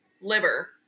liver